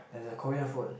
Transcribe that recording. as a Korean food